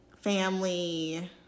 family